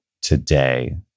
today